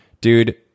Dude